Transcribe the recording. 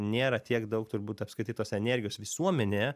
nėra tiek daug turbūt apskritai tos energijos visuomenė